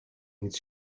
nic